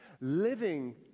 living